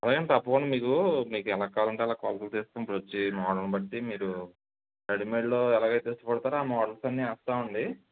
అలాగే అండి తప్పకుండా మీకు మీకు ఎలా కావాలంటే అలా కొలతలు తీస్తాం ఇప్పుదు వచ్చే మోడల్ని బట్టి మీరు రెడిమేడ్లో ఎలాగైతే ఇష్టపడతారో ఆ మోడల్స్ అన్నీ వేస్తామండి